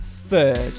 third